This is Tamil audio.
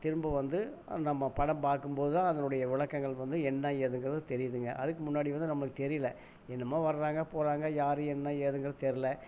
திரும்ப வந்து நம்ம படம் பார்க்கும் போது தான் அதனுடைய விளக்கங்கள் வந்து என்ன ஏதுங்கறது தெரியுதுங்க அதுக்கு முன்னாடி வந்து நமக்கு தெரியல என்னமோ வராங்க போகறாங்க யார் என்ன ஏதுங்கறது தெரியல